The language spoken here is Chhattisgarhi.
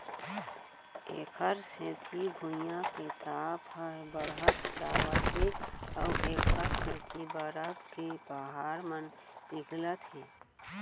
एखर सेती भुइयाँ के ताप ह बड़हत जावत हे अउ एखर सेती बरफ के पहाड़ मन पिघलत हे